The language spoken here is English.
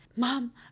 Mom